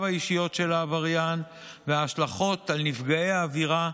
נסיבותיו האישיות של העבריין וההשלכות על נפגעי העבירה,